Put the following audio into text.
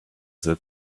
that